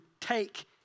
take